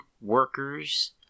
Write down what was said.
workers